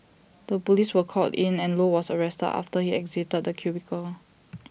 the Police were called in and low was arrested after he exited the cubicle